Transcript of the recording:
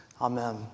Amen